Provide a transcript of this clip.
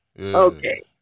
Okay